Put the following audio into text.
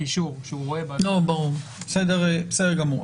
בסדר גמור.